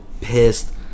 pissed